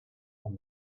and